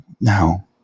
now